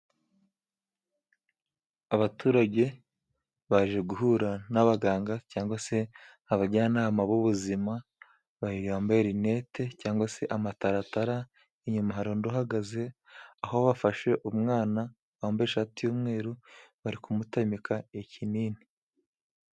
Abaturage baje guhura n'abaganga cyangwa se abajyanama b'ubuzima, bamambaye rinete cyangwa se amataratara inyuma hariho undi uhagaze aho bafashe umwana wambaye ishati y'umweru bari kumutamika ikinini.